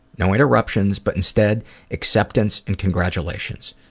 no interruptions but instead acceptance and congratulations.